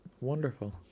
Wonderful